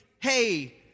hey